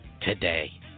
today